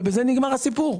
בזה נגמר הסיפור.